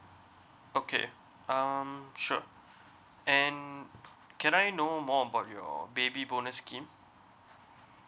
okay um sure and can I know more about your baby bonus scheme